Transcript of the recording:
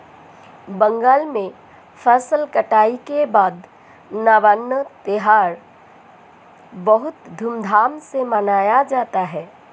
बंगाल में फसल कटाई के बाद नवान्न त्यौहार बहुत धूमधाम से मनाया जाता है